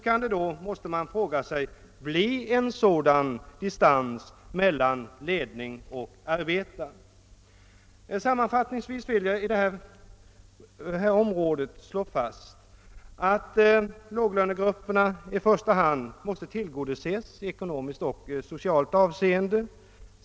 Man måste fråga sig, hur det då kan bli en sådan distans mellan ledning och arbetare. Sammanfattningsvis vill jag på detta område slå fast att låglönegrupperna måste i första hand tillgodoses i ekonomiskt och socialt avseende.